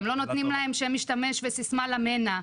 גם לא נותנים להם שם משתמש וסיסמה למנע.